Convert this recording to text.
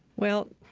well,